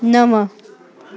नव